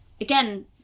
again